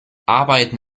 arbeiten